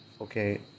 okay